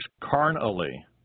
carnally